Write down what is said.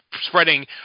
spreading